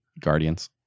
Guardians